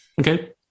Okay